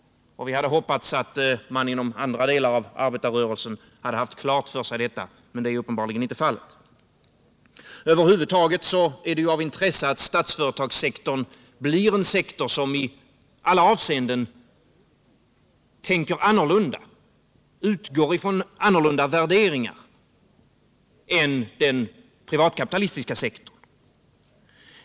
Vi hade hoppats att man inom andra delar av arbetarrörelsen hade haft detta klart för sig, men så är uppenbarligen inte fallet. Över huvud taget är det av intresse att statsföreetagssektorn blir en sektor som i alla avseenden tänker annorlunda och utgår ifrån annorlunda värderingar än den privatkapitalistiska sektorn.